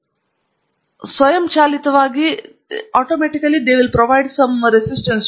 ಇದು ಸ್ವಯಂಚಾಲಿತವಾಗಿ ನಿಮಗೆ ಕೆಲವು ನಿರೋಧನವನ್ನು ಒದಗಿಸುತ್ತದೆ